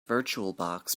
virtualbox